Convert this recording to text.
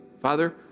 Father